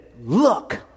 look